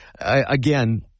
Again